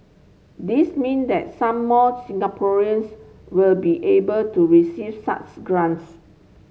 this mean that some more Singaporeans will be able to receive such grants